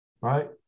right